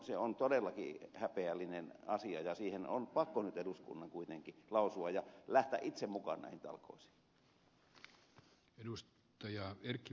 se on todellakin häpeällinen asia ja siitä on pakko nyt eduskunnan kuitenkin lausua ja lähteä itse mukaan näihin talkoisiin